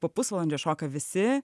po pusvalandžio šoka visi